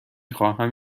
خواهم